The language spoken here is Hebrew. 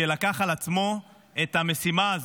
שלקח על עצמו את המשימה הזו,